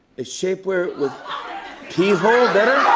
is shapewear with pee hole better?